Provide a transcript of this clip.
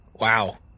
Wow